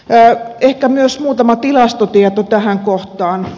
ehkä myös muutama tilastotieto tähän kohtaan